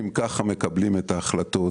אם ככה מקבלים את ההחלטות,